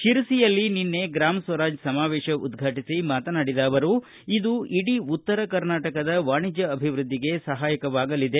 ಶಿರಸಿಯಲ್ಲಿ ಗ್ರಾಮ ಸ್ವರಾಜ್ಯ ಸಮಾವೇಶ ಉದ್ಘಾಟಿಸಿ ಮಾತನಾಡಿದ ಅವರು ಇದು ಇಡೀ ಉತ್ತರ ಕರ್ನಾಟಕದ ವಾಣಿಜ್ಯ ಅಭಿವೃದ್ಧಿಗೆ ಸಪಾಯಕವಾಗಲಿದೆ